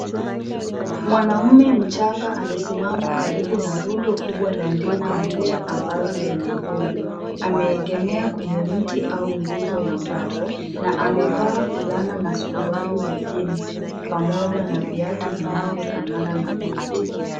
Mwanamume mchanga amesimama karibu na rundo kubwa la ndizi mbichi ambazo zimevunwa ameegemea kwenye mti au nguzo ya mbao na amefaa fulana na suruari ya jeanes pamaoja na viatu vinavyo fanana na buti.